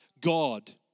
God